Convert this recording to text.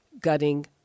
gutting